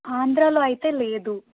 ఆంధ్రాలో అయితే లేదు